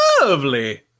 lovely